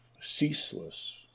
ceaseless